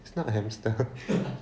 it's not hamster